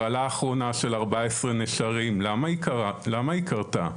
הרעלה אחרונה של 14 נשרים, למה היא קרתה?